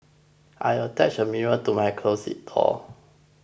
I attached a mirror to my closet door